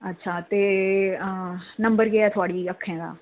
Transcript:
अच्छा तेऽ अऽ नंबर केह् ऐ थोहाड़ी अक्खें दा